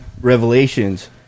revelations